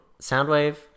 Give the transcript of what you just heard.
Soundwave